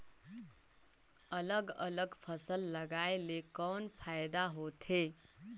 अलग अलग फसल लगाय ले कौन फायदा होथे?